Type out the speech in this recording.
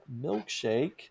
Milkshake